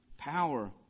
Power